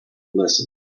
listen